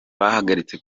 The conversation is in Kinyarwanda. bahagaritse